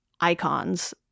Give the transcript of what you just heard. icons